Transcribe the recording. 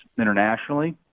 internationally